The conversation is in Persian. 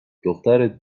دخترت